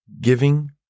Giving